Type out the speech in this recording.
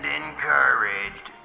encouraged